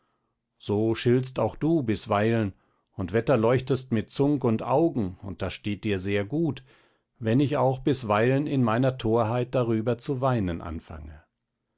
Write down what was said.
so schiltst auch du bisweilen und wetterleuchtest mit zung und augen und das steht dir sehr gut wenn ich auch bisweilen in meiner torheit darüber zu weinen anfange